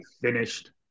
finished